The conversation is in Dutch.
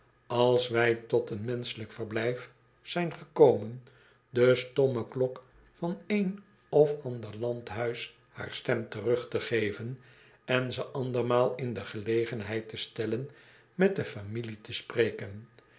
als wij tot een menschelijk verblijf zijn gekomen de stomme klok van een of ander landhuis haar stem terug te geven en ze andermaal in de gelegenheid te stellen met de familie te spreken